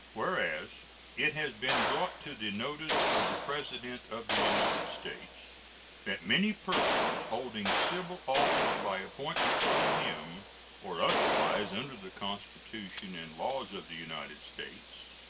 whereas it has been brought to the notice of the president of the united states that many persons holding civil office by appointment from him or otherwise under the constitution and laws of the united states,